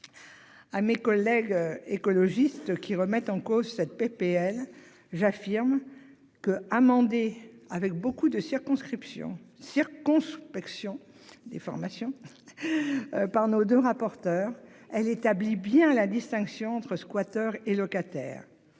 À mes collègues écologistes qui remettent en cause cette PPL j'affirme que amender avec beaucoup de circonscriptions circonspection des formations. Par nos deux rapporteurs elle établit bien la distinction entre squatteurs et locataire